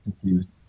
confused